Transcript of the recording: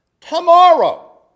tomorrow